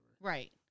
Right